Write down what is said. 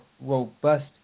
robust